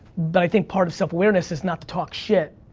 but i think part of self-awareness is not to talk shit,